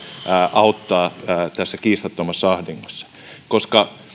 auttaa tässä kiistattomassa ahdingossa koska